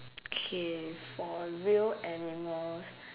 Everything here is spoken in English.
okay for real animals